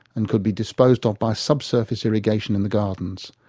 and could be disposed of by sub-surface irrigation in the gardens,